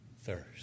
thirst